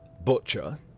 Butcher